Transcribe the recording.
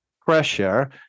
pressure